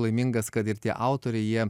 laimingas kad ir tie autoriai jie